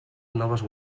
noves